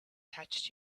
touched